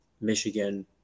Michigan